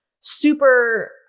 super